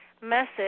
message